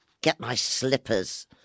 get-my-slippers